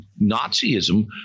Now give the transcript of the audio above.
Nazism